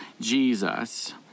Jesus